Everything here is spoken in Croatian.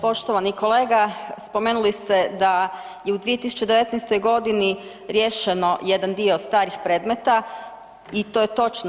Poštovani kolega, spomenuli ste da je u 2019. godini riješeno jedan dio starih predmeta i to je točno.